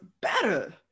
better